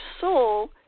soul